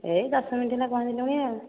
ଏହି ଦଶ ମିନିଟ ହେଲା ପହଞ୍ଚିଲିଣି ଆଉ